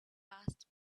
passed